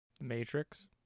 Matrix